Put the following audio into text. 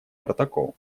протокол